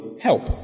help